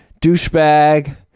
douchebag